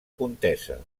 contesa